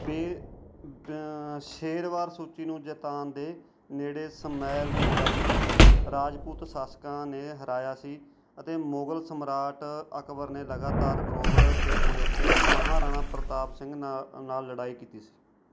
ਸ਼ੇ ਸ਼ੇਰਸ਼ਾਹ ਸੂਰੀ ਨੂੰ ਜੈਤਰਨ ਦੇ ਨੇੜੇ ਸਮੈਲ ਦੀ ਲੜਾਈ ਵਿੱਚ ਰਾਜਪੂਤ ਸ਼ਾਸਕਾਂ ਨੇ ਹਰਾਇਆ ਸੀ ਅਤੇ ਮੁਗਲ ਸਮਰਾਟ ਅਕਬਰ ਨੇ ਲਗਾਤਾਰ ਗੋਰਵਰ ਖੇਤਰ ਵਿੱਚ ਮਹਾਰਾਣਾ ਪ੍ਰਤਾਪ ਸਿੰਘ ਨਾ ਨਾਲ ਲੜਾਈ ਕੀਤੀ ਸੀ